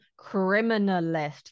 criminalist